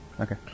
Okay